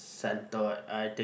center I think